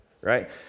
Right